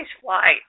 flight